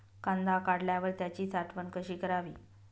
कांदा काढल्यावर त्याची साठवण कशी करावी?